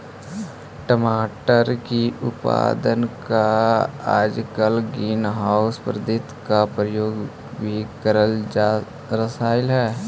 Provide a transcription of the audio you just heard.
टमाटर की उत्पादन ला आजकल ग्रीन हाउस पद्धति का प्रयोग भी करल जा रहलई हे